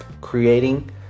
creating